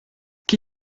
qui